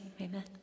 Amen